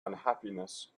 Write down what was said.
unhappiness